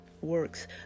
works